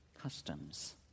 customs